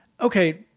okay